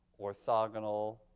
orthogonal